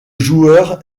joueur